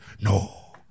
No